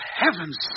heaven's